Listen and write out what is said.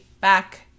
back